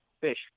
Fish